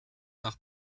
nach